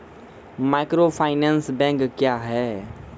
Microfinance bank क्या हैं?